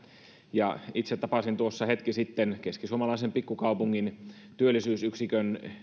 ja itse tapasin tuossa hetki sitten keskisuomalaisen pikkukaupungin työllisyysyksikön